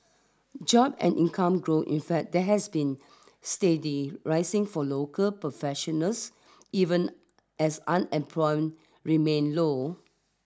job and income growth in fact have been steadily rising for local professionals even as unemployment remained low